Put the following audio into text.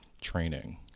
training